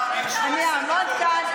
שאני לא נמצאת הרבה בכנסת,